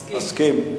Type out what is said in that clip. מסכים.